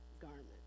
garment